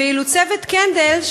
ואילו צוות קנדל,